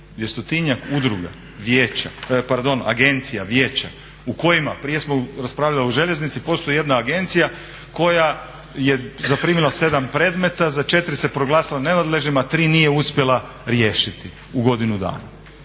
udruga, agencija, vijeća u kojima, prije smo raspravljali o željeznici, postoji jedna agencija koja je zaprimila 7 predmeta, za 4 se proglasila nenadležnima, a 3 nije uspjela riješiti u godinu dana.